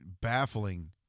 baffling